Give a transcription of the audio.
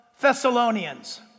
Thessalonians